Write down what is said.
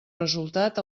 resultat